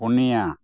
ᱯᱩᱱᱤᱭᱟ